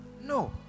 no